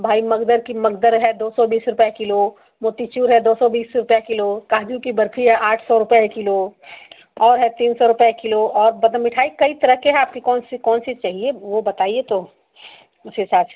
भाई मगदर कि मगदर है दो सौ बीस रुपये किलो मोतीचूर है दो सौ बीस रुपये किलो काजू की बर्फी है आठ सौ रुपये किलो और है तीन सौ रुपये किलो और बता मिठाई कई तरह के हैं आपकी कौन सी कौन सी चाहिए वह बताइए तो उस हिसाब से